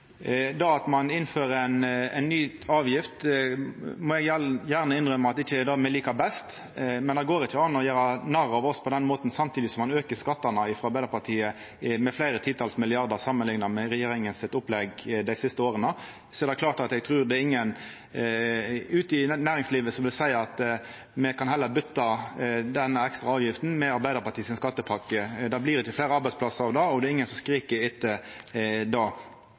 Det å innføra ei ny avgift, må eg innrømma at ikkje er det me liker best, men det går ikkje an å gjera narr av oss på den måten samtidig som f.eks. Arbeidarpartiet aukar skattane med fleire titals milliardar kroner samanlikna med regjeringa sitt opplegg dei siste åra. Eg trur ikkje det er nokon ute i næringslivet som vil seia at me heller kan byta denne ekstra avgifta med Arbeidarpartiet sin skattepakke. Det blir ikkje fleire arbeidsplassar av det, og det er ingen som skrik etter